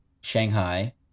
Shanghai